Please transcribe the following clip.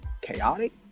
chaotic